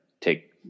take